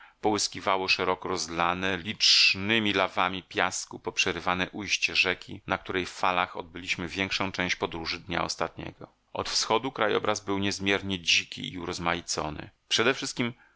połyskiwało szeroko rozlane licznemi ławami piasku poprzerywane ujście rzeki na której falach odbyliśmy większą część podróży dnia ostatniego od wschodu krajobraz był niezmiernie dziki i urozmaicony